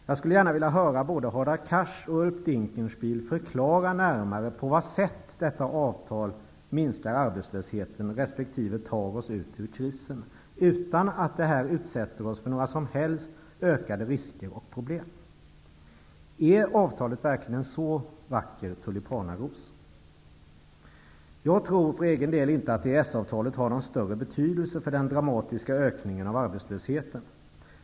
Jag skulle vilja höra både Hadar Cars och Ulf Dinkelspiel närmare förklara på vilket sätt detta avtal minskar arbetslösheten resp. tar oss ur krisen, utan att detta utsätter oss för några som helst ökade risker och problem. Är avtalet verkligen en så vacker tulipanaros? Jag tror för egen del att EES-avtalet inte har någon större betydelse för den dramatiska ökningen av arbetslösheten.